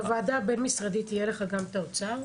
בוועדה הבין משרדית יהיה לך גם את האוצר?